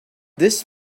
this